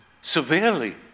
severely